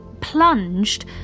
plunged